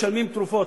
משלמים על תרופות,